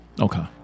Okay